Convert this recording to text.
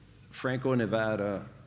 Franco-Nevada